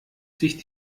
sich